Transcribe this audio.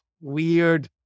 weird